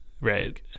right